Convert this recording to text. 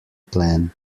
plan